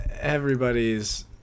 everybody's